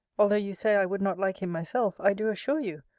although you say i would not like him myself, i do assure you,